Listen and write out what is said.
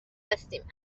هستیم